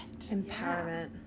empowerment